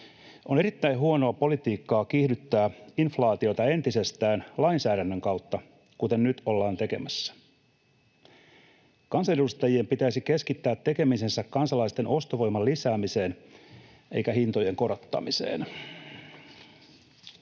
On erittäin huonoa politiikkaa kiihdyttää inflaatiota entisestään lainsäädännön kautta, kuten nyt ollaan tekemässä. Kansanedustajien pitäisi keskittää tekemisensä kansalaisten ostovoiman lisäämiseen eikä hintojen korottamiseen.